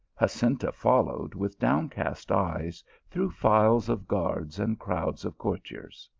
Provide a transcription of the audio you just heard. jacinta followed with downcast eyes through files of guards and crowds of courtiers.